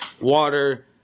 water